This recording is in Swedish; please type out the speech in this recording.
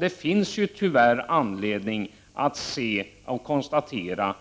Det finns alltså tyvärr anledning att konstatera